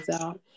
out